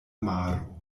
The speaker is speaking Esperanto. maro